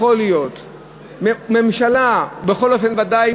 איך יכול להיות שממשלה, בכל אופן מפלגה,